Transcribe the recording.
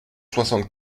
soixante